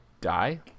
die